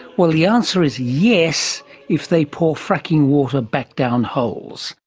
well, the answer is yes if they pour fracking water back down holes.